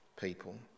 people